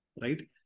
Right